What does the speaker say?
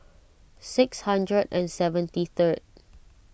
six hundred and seventy third